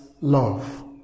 love